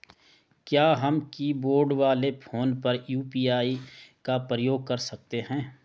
क्या हम कीबोर्ड वाले फोन पर यु.पी.आई का प्रयोग कर सकते हैं?